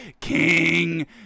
king